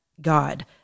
God